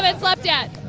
but slept yet?